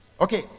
Okay